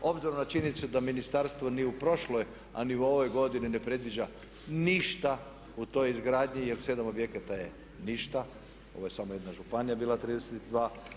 Obzirom na činjenicu da ministarstvo ni u prošloj a ni u ovoj godini ne predviđa ništa u toj izgradnji jer 7 objekata je ništa, ovo je samo jedna županija bila 32.